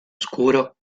scuro